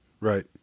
Right